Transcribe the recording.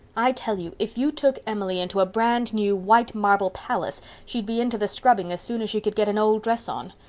i tell you if you took emily into a brand new white marble palace she'd be into the scrubbing as soon as she could get an old dress on.